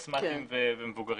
אסתמטים ומבוגרים.